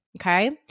Okay